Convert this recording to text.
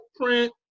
print